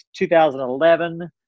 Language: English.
2011